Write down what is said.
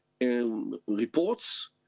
reports